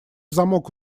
замок